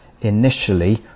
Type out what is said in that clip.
initially